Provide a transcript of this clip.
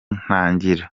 ntangira